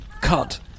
CUT